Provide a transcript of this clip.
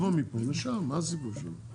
אז ההסתייגויות שלנו 6,